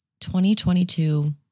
2022